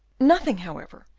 nothing however,